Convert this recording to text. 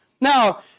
Now